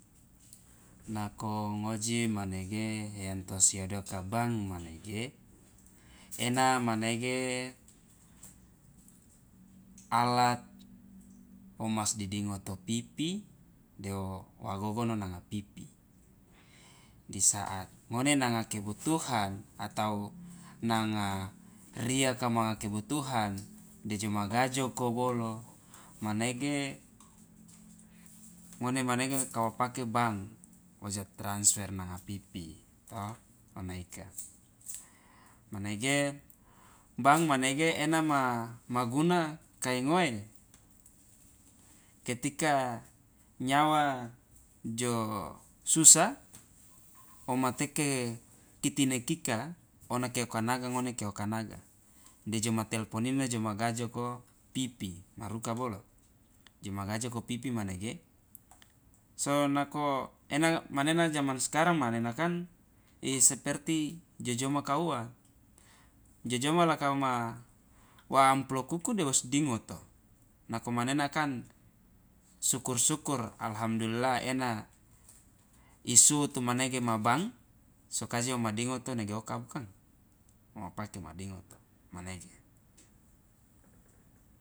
nako ngoji manege yang tosiodaka bank manege ena manege alat womasdidingoto pipi deo wa gogono nanga pipi di saat ngone nanga kebutuhan atau nanga riaka nanga kebutuhan dejoma gajoko bolo manege ngone manege kawo pake bank woja transfer manga pipi to ona ika manege bank manege ena ma ma guna kai ngoe ketika nyawa jo susa woma teke kitingakika ona keoka naga ngone keoka naga de joma telpon ino de joma gajoko pipi maruka bolo joma gajoko pipi manege so nako ena manena zaman sekarang manena kan iseperti jojoma kauwa jojoma la kawoma wa amplop uku de wosdingoto nako manena kan sukur sukur alhamdulillah ena isuwutu manege ma bank so kaje woma dingoto nege oka bukang woma pake woma dingoto manege.